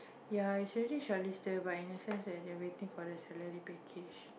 ya is already shortlisted but in a sense that they are waiting for the salary package